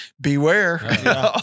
beware